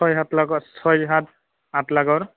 ছয় সাত লাখত ছয় সাত আঠ লাখৰ